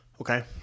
Okay